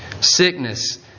sickness